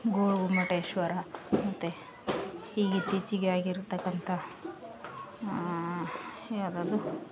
ಗೋಲ ಗೊಮ್ಮಟೇಶ್ವರ ಮತ್ತು ಹೀಗೆ ಇತ್ತೀಚೆಗೆ ಆಗಿರ್ತಕ್ಕಂಥ ಯಾವ್ದು ಅದು